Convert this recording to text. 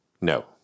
no